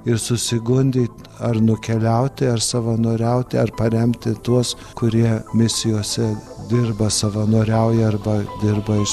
ir susigundyt ar nukeliauti ar savanoriauti ar paremti tuos kurie misijose dirba savanoriauja arba dirba iš